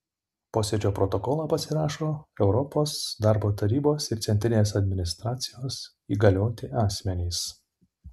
posėdžio protokolą pasirašo europos darbo tarybos ir centrinės administracijos įgalioti asmenys